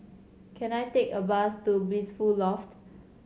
can I take a bus to Blissful Loft